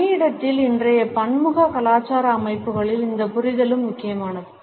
பணியிடத்தில் இன்றைய பன்முக கலாச்சார அமைப்புகளில் இந்த புரிதலும் முக்கியமானது